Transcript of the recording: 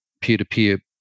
peer-to-peer